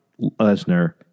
Lesnar